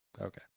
Okay